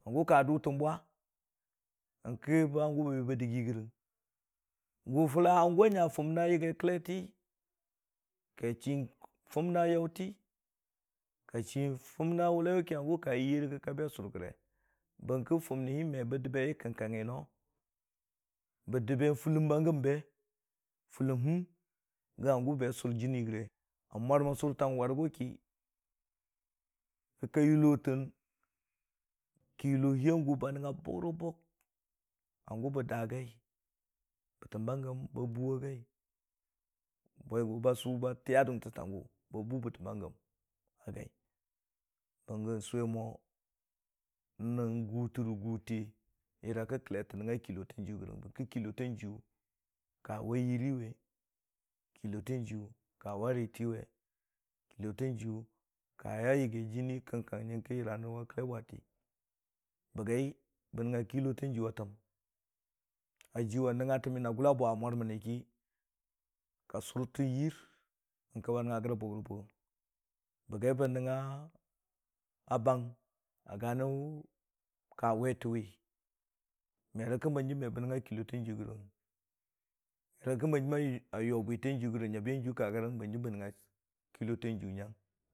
Gʊ ki dʊtən bwa nyənkə hangʊ ba dəggi gərəng, gʊ fʊla hangʊ a nya yaggi fʊnna yagi kəlleti ka chii funna yaʊti, ka chii fʊna wʊlai yʊ ki ka yiyerə kə hangʊ ka be sʊr gəre bərki funi me bə dəb bə yə kəng- kanggi no, bə dəbe fʊlləm ba gəm be, fulləm həm gə hangʊ be sʊr jɨnii rəge. a mwarmən sʊrtang wʊrigʊ ki, kə ka yʊllotən kɨllohi hangu ba nəngngu bug rə bug hangʊ bə daa gai, bətəm ba gəm ba bʊʊwa gai, wai ba sʊ ba tɨya dʊntə ta gʊ ba bʊʊ bətəm ba gəm a gai. Bəgə sʊwe mo rə gʊtə rə gʊte yəra ki kəllete nəngnga kɨllo tang jiyʊ gərəng bəngkə kɨllotang jiyʊ ka rə wa yiiri we, kɨllotant jiyʊ ka wa riiti we kɨllotang jiyʊ kawa yagi jɨnii kəng- kangngi yəra wa kəlle bwati we, Bəgai bə nəngnga kɨllo tang jiyʊ wa təm, a jiwa nəngnga təm na gʊlla bwa a mur mən ni ki, bə sʊrtəng yiir, bəgai bə nəngnga a bang gani ka wetə we me rə kən hanjim me bə nəngnga kɨllotang jiyʊ gərəng, nyəng kə hanjim a yo bwitang jiyʊ gərəng a nyabiyan jiyʊ gərəng, nyəng kə ka gərəng hanjim bə nəngnga nyang.